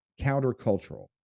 countercultural